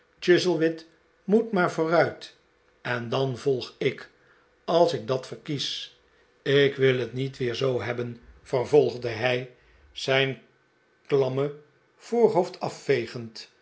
chuzzlewit moet maar vooruit en dan volg ik f als ik dat verkies ik wil het niet weer zoo hebben vervolgde hij zijn klamme voorhoofd afvegend